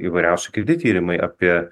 įvairiausi kiti tyrimai apie